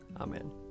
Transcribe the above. Amen